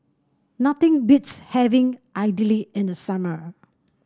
nothing beats having Idili in the summer